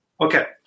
Okay